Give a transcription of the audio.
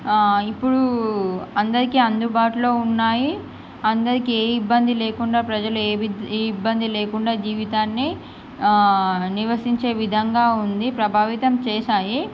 ఇప్పుడు అందరికి అందుబాటులో ఉన్నాయి అందరికి ఏ ఇబ్బంది లేకుండా ప్రజలు ఏ ఇబ్బంది లేకుండా జీవితాన్ని నివసించే విధంగా ఉంది ప్రభావితం చేశాయి